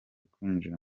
kwinjira